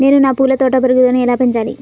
నేను నా పూల తోట పెరుగుదలను ఎలా పెంచాలి?